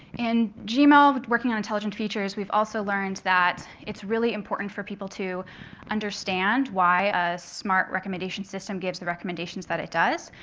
in gmail, working on intelligent features, we've also learned that it's really important for people to understand why ah a smart recommendation system gives the recommendations that it does.